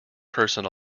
person